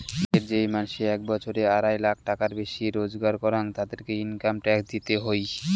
দ্যাশের যেই মানসি এক বছরে আড়াই লাখ টাকার বেশি রোজগার করাং, তাদেরকে ইনকাম ট্যাক্স দিতে হই